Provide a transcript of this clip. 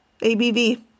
ABV